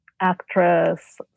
actress